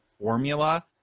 formula